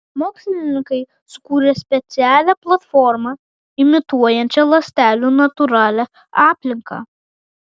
mokslininkai sukūrė specialią platformą imituojančią ląstelių natūralią aplinką